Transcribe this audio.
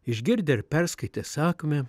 išgirdę perskaitę sakmę